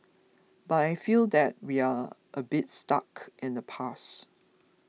but I feel that we are a bit stuck in the past